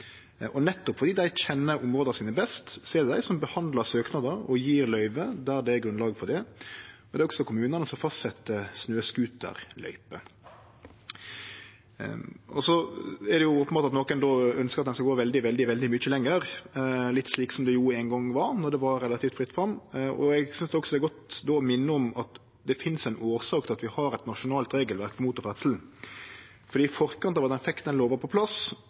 best, er det dei som behandlar søknader og gjev løyve der det er grunnlag for det. Det er også kommunane som fastset snøscooterløyper. Det er openbert at nokon ønskjer at ein skal gå veldig, veldig mykje lenger, litt tilbake til slik det ein gong var, då det var relativt fritt fram, og eg synest då det er godt å minne om at det er ei årsak til at vi har eit nasjonalt regelverk for motorferdsel. Før ein fekk den lova på plass, hadde ein sett ein stadig auke i motorisert ferdsel i utmark, med dei konsekvensane det hadde for natur og friluftsliv. Stortinget ønskte difor å unngå at ein